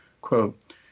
Quote